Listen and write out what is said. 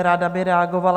Ráda by reagovala.